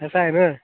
असं आहे रं